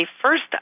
first